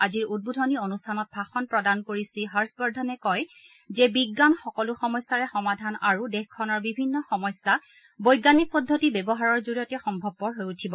আজিৰ উদ্বোধনী অনুষ্ঠানত ভাষণ প্ৰদান কৰি শ্ৰী হৰ্ষবৰ্ধনে কয় যে বিজ্ঞান সকলো সমস্যাৰে সমাধান আৰু দেশখনৰ বিভিন্ন সমস্যা বৈজ্ঞানিক পদ্ধতি ব্যৱহাৰৰ জৰিয়তে সম্ভৱপৰ হৈ উঠিব